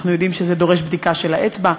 אנחנו יודעים שזה דורש בדיקה של האצבע,